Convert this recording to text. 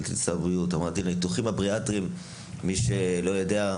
ניתוחים בריאטריים מי שלא יודע,